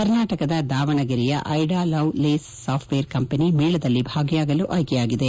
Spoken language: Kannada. ಕರ್ನಾಟಕದ ದಾವಣಗೆರೆಯ Ada Lovelace software company ಮೇಳದಲ್ಲಿ ಭಾಗಿಯಾಗಲು ಆಯ್ಲೆಯಾಗಿದೆ